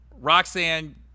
Roxanne